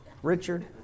Richard